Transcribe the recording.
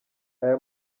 aya